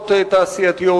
מערכות תעשייתיות?